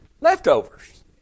Leftovers